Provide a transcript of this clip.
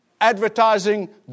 advertising